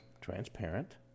transparent